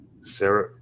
Sarah